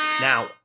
Now